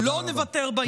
לא נוותר בעניין הזה.